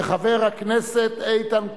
וחבר הכנסת איתן כבל,